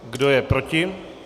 Kdo je proti?